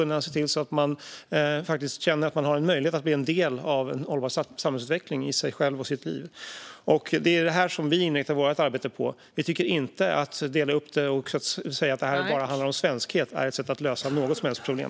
De måste känna att de har möjlighet att bli en del av en hållbar samhällsutveckling. Det är det här som vi inriktar vårt arbete på. Att dela upp det och säga att det bara handlar om svenskhet tycker vi inte är ett sätt att lösa något som helst problem.